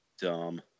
Dumb